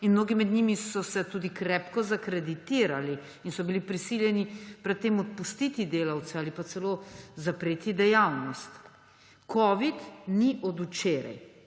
In mnogi med njimi so se tudi krepko zakreditirali in so bili prisiljeni pred tem odpustiti delavce ali pa celo zapreti dejavnost. Covid ni od včeraj,